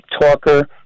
Talker